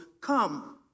Come